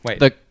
Wait